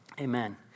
Amen